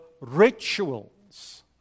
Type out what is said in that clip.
rituals